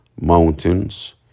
Mountains